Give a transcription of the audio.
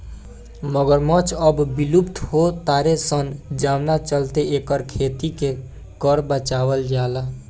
मगरमच्छ अब विलुप्त हो तारे सन जवना चलते एकर खेती के कर बचावल जाता